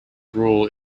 rule